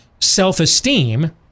self-esteem